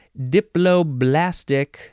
Diploblastic